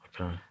Okay